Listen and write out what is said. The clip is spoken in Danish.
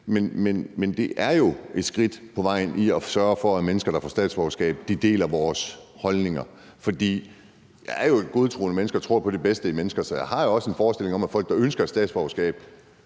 Men det er jo et skridt på vejen mod at sørge for, at mennesker, der får statsborgerskab, deler vores holdninger. Jeg er jo et godtroende menneske og tror på det bedste i mennesker, så jeg har jo også en forestilling om, at folk, der ønsker et statsborgerskab